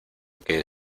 que